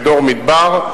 ב"דור מדבר",